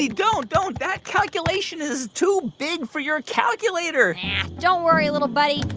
don't. don't. that calculation is too big for your calculator don't worry, little buddy.